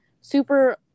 super